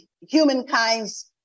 humankind's